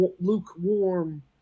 lukewarm